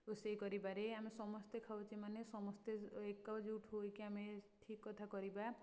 ରୋଷେଇ କରିବାରେ ଆମେ ସମସ୍ତେ ଖାଉଚେ ମାନେ ସମସ୍ତେ ଏକଜୁଟ ହୋଇକି ଆମେ ଠିକ୍ କଥା କରିବା